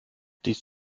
dies